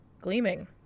gleaming